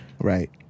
Right